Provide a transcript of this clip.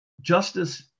justice